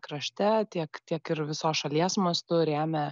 krašte tiek tiek ir visos šalies mastu rėmė